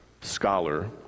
scholar